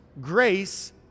grace